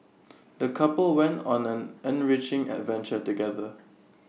the couple went on an enriching adventure together